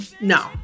no